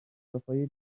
دافای